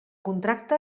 contracte